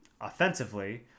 offensively